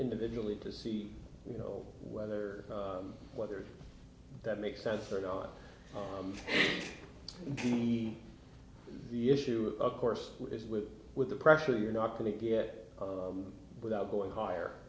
individually to see you know whether whether that makes sense or not be the issue of course is with with the pressure you're not going to get it without going higher